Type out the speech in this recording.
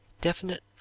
definite